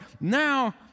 now